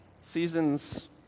Seasons